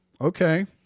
Okay